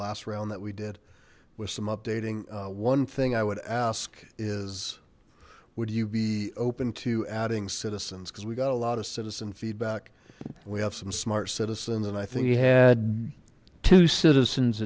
last round that we did with some updating one thing i would ask is would you be open to adding citizens cuz we got a lot of citizen feedback we have some smart citizens and i think he had to citizens